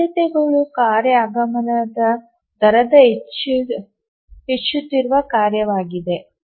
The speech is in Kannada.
ಆದ್ಯತೆಯು ಕಾರ್ಯ ಆಗಮನದ ದರದ ಹೆಚ್ಚುತ್ತಿರುವ ಕಾರ್ಯವಾಗಿದೆ